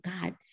God